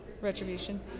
Retribution